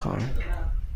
خواهم